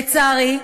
לצערי,